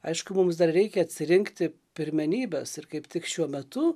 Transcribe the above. aišku mums dar reikia atsirinkti pirmenybes ir kaip tik šiuo metu